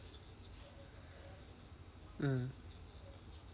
mm